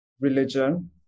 religion